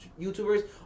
YouTubers